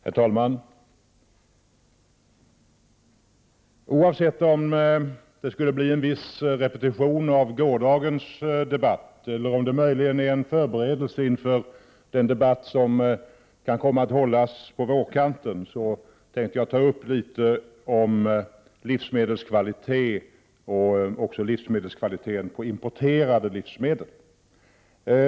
Herr talman! Oavsett om det blir en viss repetition av gårdagens debatt eller om det möjligen är en förberedelse inför den debatt som kan komma att hållas på vårkanten, tänkte jag ta upp frågan om livsmedelskvaliteten, även på importerade livsmedel.